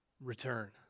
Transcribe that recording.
return